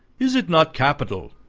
is it not capital?